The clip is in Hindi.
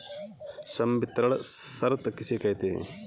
संवितरण शर्त किसे कहते हैं?